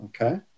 okay